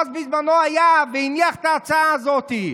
בזמנו, הוא היה, והניח את ההצעה הזאת.